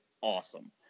awesome